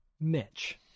Mitch